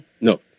No